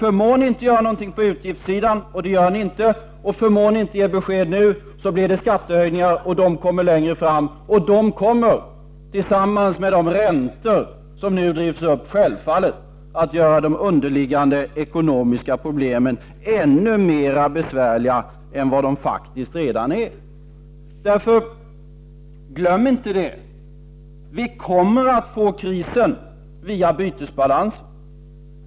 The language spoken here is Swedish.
Förmår ni inte göra något på utgiftssidan — och det gör ni inte — och förmår ni inte ge besked nu, blir det skattehöjningar längre fram. De kommer självfallet, tillsammans med de räntor som nu drivs upp, att göra de underliggande ekonomiska problemen ännu besvärligare än vad de faktiskt redan är. Glöm inte följande: Vi kommer att få en kris via bytesbalansen.